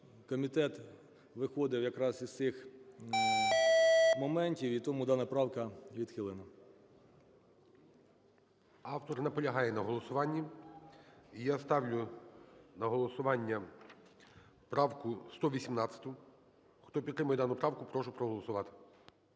комітет виходив якраз із цих моментів і тому дана правка відхилена. ГОЛОВУЮЧИЙ. Автор наполягає на голосуванні. І я ставлю на голосування правку 118-у. Хто підтримує дану правку, прошу проголосувати.